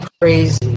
crazy